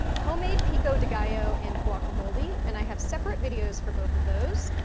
homemade pico de gallo, and guacamole, and i have separate videos for both of those,